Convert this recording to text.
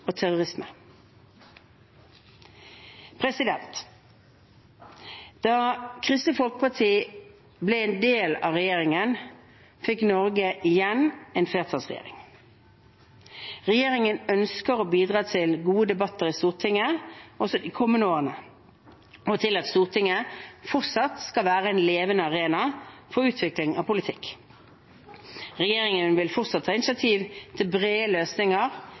og terrorisme. Da Kristelig Folkeparti ble en del av regjeringen, fikk Norge igjen en flertallsregjering. Regjeringen ønsker å bidra til gode debatter i Stortinget også de kommende årene og til at Stortinget fortsatt skal være en levende arena for utvikling av politikk. Regjeringen vil fortsatt ta initiativ til brede løsninger